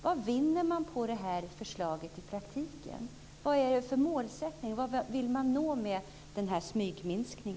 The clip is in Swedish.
Vad vinner man på detta förslag i praktiken? Vad är det för målsättning? Vad vill man nå med denna smygminskning?